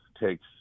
takes